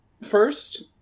First